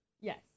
Yes